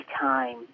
time